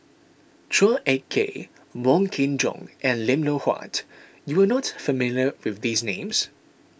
Chua Ek Kay Wong Kin Jong and Lim Loh Huat you are not familiar with these names